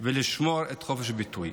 ולשמור על חופש הביטוי.